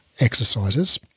exercises